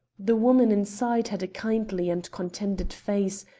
the woman inside had a kindly and contented face,